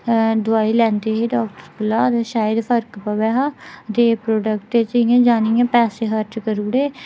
दोआई लैंदी ही डाक्टर कोला ते शायद फर्क पवै दा हा ते प्रोडक्ट च इयां जानियै इयां पैसे खर्च करी ओड़े